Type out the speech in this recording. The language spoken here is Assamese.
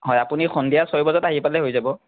হয় আপুনি সন্ধিয়া ছয় বজাত আহি পালেই হৈ যাব